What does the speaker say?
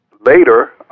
Later